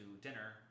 dinner